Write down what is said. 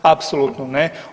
Apsolutno ne.